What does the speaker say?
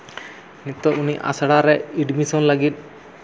ᱱᱤᱛᱳᱜ ᱩᱱᱤ ᱟᱥᱲᱟ ᱨᱮ ᱮᱰᱢᱤᱥᱚᱱ ᱞᱟᱹᱜᱤᱫ